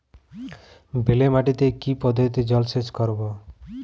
বেলে মাটিতে কি পদ্ধতিতে জলসেচ করব?